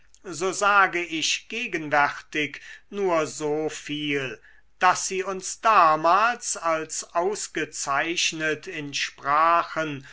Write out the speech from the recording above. so sage ich gegenwärtig nur so viel daß sie uns damals als ausgezeichnet in sprachen